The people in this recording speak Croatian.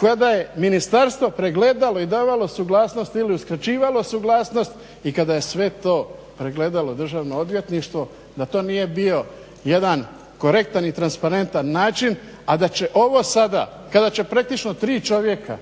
kada je ministarstvo pregledalo i davalo suglasnost ili uskraćivalo suglasnost i kada je sve to pregledalo Državno odvjetništvo da to nije bio jedan korektan i transparentan način, a da će ovo sada kada će praktično tri čovjeka